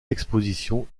expositions